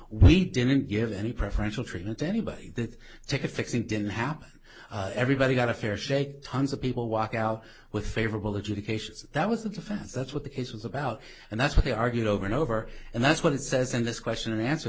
we didn't give any preferential treatment to anybody that take a fix it didn't happen everybody got a fair shake tons of people walk out with favorable educations that was the defense that's what the case was about and that's what they argued over and over and that's what it says in this question and answer